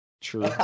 True